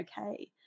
okay